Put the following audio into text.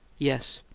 yes.